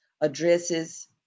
addresses